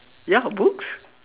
ya books